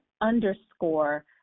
underscore